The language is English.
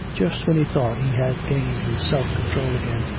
just when he thought he had gained his self-control again,